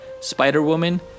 Spider-Woman